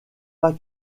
pas